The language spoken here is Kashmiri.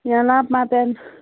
یا لَمپ ما پٮ۪ن